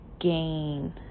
gain